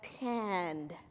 hand